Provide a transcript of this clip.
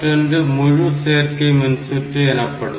மற்றொன்று முழு சேர்க்கை மின்சுற்று எனப்படும்